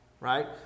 right